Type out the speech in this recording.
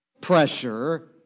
pressure